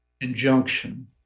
injunction